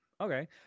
okay